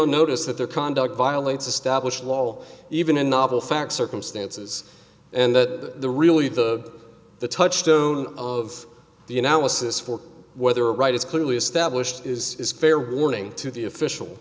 on notice that their conduct violates established law even in novel facts circumstances and that really the the touchstone of the analysis for whether right is clearly established is fair warning to the official